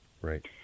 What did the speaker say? Right